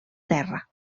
terra